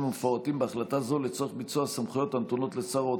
המפורטים בהחלטה זו לצורך ביצוע סמכויות הנתונות לשר האוצר,